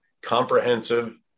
comprehensive